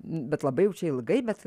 bet labai ilgai bet